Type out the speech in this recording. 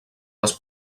les